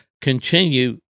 continue